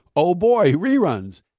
oh boy, reruns!